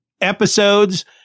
episodes